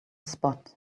spot